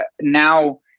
now